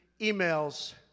emails